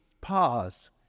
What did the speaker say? pause